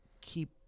keep